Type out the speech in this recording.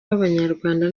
b’abanyarwanda